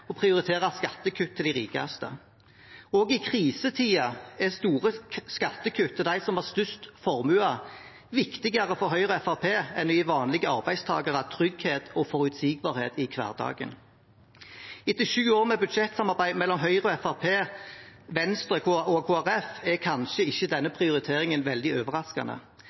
prioritere skattekutt til de rikeste. Også i krisetider er store skattekutt til dem som har størst formue, viktigere for Høyre og Fremskrittspartiet enn å gi vanlige arbeidstakere trygghet og forutsigbarhet i hverdagen. Etter sju år med budsjettsamarbeid mellom Høyre, Fremskrittspartiet, Venstre og Kristelig Folkeparti er kanskje ikke denne prioriteringen veldig overraskende.